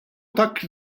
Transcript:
dak